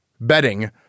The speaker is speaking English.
betting